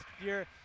year